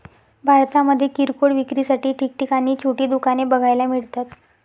भारतामध्ये किरकोळ विक्रीसाठी ठिकठिकाणी छोटी दुकाने बघायला मिळतात